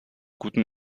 guten